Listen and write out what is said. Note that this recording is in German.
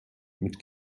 mit